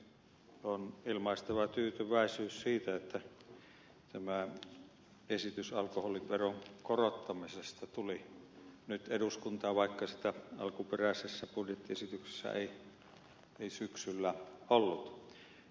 on ilmaistava tyytyväisyys siitä että tämä esitys alkoholiveron korottamisesta tuli nyt eduskuntaan vaikka sitä alkuperäisessä budjettiesityksessä ei syksyllä ollut